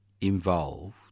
involved